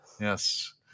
yes